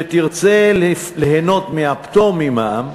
שתרצה ליהנות מהפטור ממע"מ,